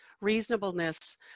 reasonableness